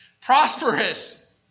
Prosperous